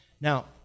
Now